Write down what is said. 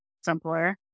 simpler